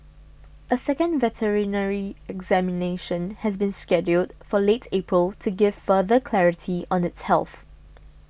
a second veterinary examination has been scheduled for late April to give further clarity on its health